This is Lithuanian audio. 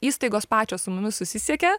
įstaigos pačios su mumis susisiekia